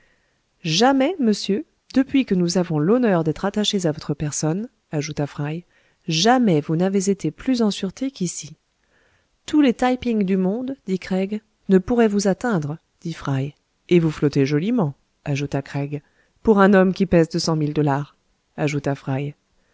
jamais monsieur depuis que nous avons l'honneur d'être attachés à votre personne ajouta fry jamais vous n'avez été plus en sûreté qu'ici tous les taï ping du monde dit craig ne pourraient vous atteindre dit fry et vous flottez joliment ajouta craig pour un homme qui pèse deux cent mille dollars ajouta fry